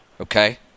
Okay